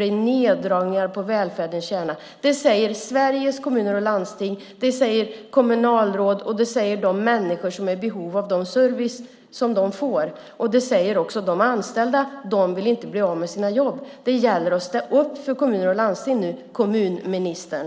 nu neddragningar i välfärdens kärna. Det säger Sveriges Kommuner och Landsting. Det säger kommunalråd. Det säger de människor som är i behov av den service som de får. Det säger också de anställda - de vill inte bli av med sina jobb. Det gäller att ställa upp för kommuner och landsting nu, kommunministern.